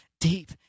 deep